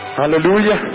hallelujah